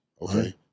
okay